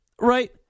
right